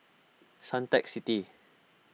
Suntec City